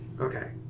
Okay